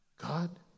God